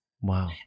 Wow